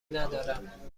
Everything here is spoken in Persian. ندارم